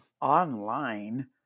online